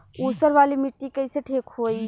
ऊसर वाली मिट्टी कईसे ठीक होई?